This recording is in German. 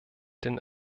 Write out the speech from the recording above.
den